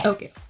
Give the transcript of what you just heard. Okay